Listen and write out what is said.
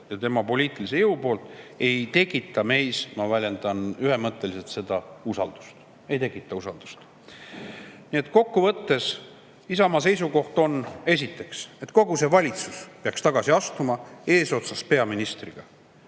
ja tema poliitilise jõu poolt ei tekita meis – ma väljendun ühemõtteliselt – seda usaldust. Nii et kokkuvõttes, Isamaa seisukoht on esiteks, et kogu see valitsus peaks tagasi astuma eesotsas peaministriga.